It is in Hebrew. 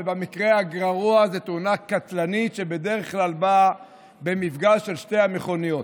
ובמקרה הגרוע היא תאונה קטלנית שבדרך כלל באה במפגש של שתי המכוניות.